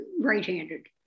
right-handed